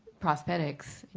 prosthetics, you